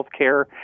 healthcare